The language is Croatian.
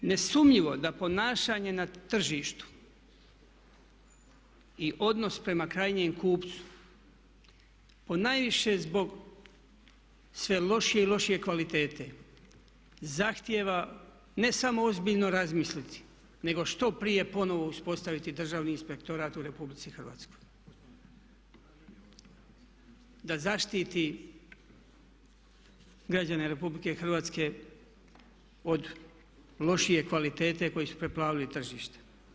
Ne sumnjivo da ponašanje na tržištu i odnos prema krajnjem kupcu ponajviše zbog sve lošije i lošije kvalitete zahtjeva ne samo ozbiljno razmisliti nego što prije ponovno uspostaviti državni inspektorat u RH da zaštiti građane RH od lošije kvalitete koji su preplavili tržište.